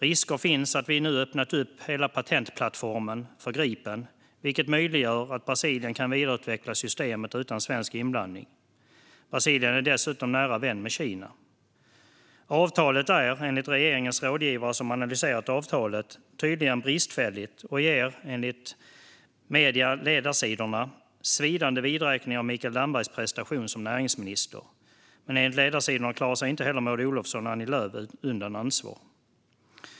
Risken finns att vi nu öppnat upp hela patentplattformen för Gripen, vilket gör det möjligt för Brasilien att vidareutveckla systemet utan svensk inblandning. Brasilien är dessutom nära vän med Kina. Avtalet är enligt regeringens rådgivare, som analyserat det, tydligen bristfälligt och enligt Ledarsidorna "en svidande vidräkning av Mikael Dambergs prestation som näringsminister". Men enligt Ledarsidorna klarar sig inte heller Maud Olofsson eller Annie Lööf undan ansvar.